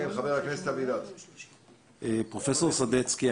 פרופסור סדצקי,